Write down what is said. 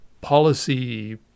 policy